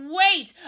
wait